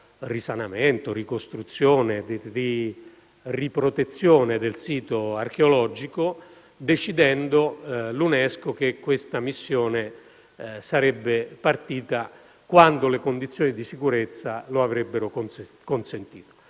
risanamento, alla ricostruzione e alla riprotezione del sito archeologico, che questa missione sarebbe partita quando le condizioni di sicurezza lo avrebbero consentito.